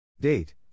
Date